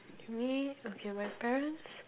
to me okay my parents